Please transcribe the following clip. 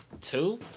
two